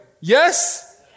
Yes